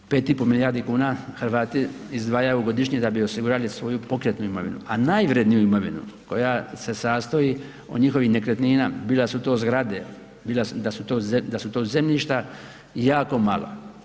5,5 milijardi kuna Hrvati izdvajaju godišnje da bi osigurali svoju pokretnu imovinu, a najvredniju imovinu koja se sastoji od njihovih nekretnina bilo da su to zgrade, bilo da su to zemljišta jako malo.